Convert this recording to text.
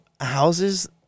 houses